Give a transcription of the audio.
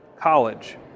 college